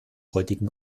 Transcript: heutigen